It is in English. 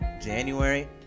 January